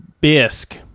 bisque